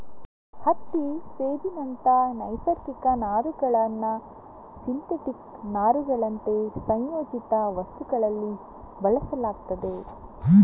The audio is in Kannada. ಹತ್ತಿ, ಸೆಣಬಿನಂತ ನೈಸರ್ಗಿಕ ನಾರುಗಳನ್ನ ಸಿಂಥೆಟಿಕ್ ನಾರುಗಳಂತೆ ಸಂಯೋಜಿತ ವಸ್ತುಗಳಲ್ಲಿ ಬಳಸಲಾಗ್ತದೆ